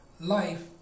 life